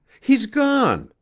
he's gone!